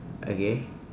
okay